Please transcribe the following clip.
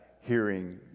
hearing